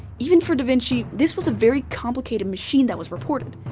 even for da vinci, this was a very complicated machine that was reported.